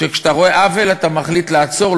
שכשאתה רואה עוול אתה מחליט לעצור,